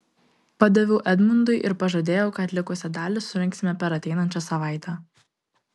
padaviau edmundui ir pažadėjau kad likusią dalį surinksime per ateinančią savaitę